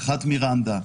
הלכת מירנדה,